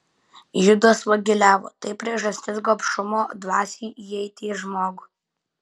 judas vagiliavo tai priežastis gobšumo dvasiai įeiti į žmogų